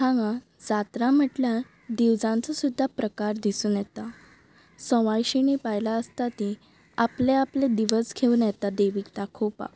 हांगां जात्रा म्हटल्या दिवजांचो सुद्दां प्रकार दिसून येता सवायशिणी बायलां आसता तीं आपले आपले दिवज घेवन येता देवीक दाखोवपाक